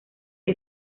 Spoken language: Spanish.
que